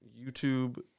YouTube